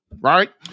Right